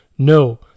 No